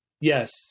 Yes